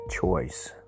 choice